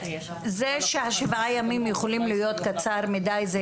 תקופה של שבעה ימים יכולה להיות קצרה מדי.